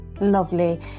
Lovely